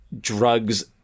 drugs